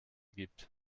gibt